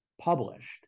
published